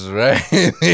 right